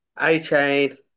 A-chain